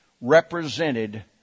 represented